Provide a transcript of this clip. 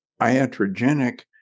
iatrogenic